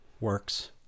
works